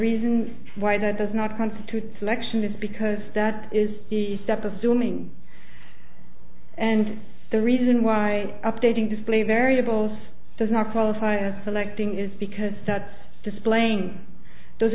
reason why that does not constitute selection is because that is the step assuming and the reason why updating display variables does not qualify as selecting is because that displaying those